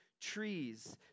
trees